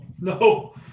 no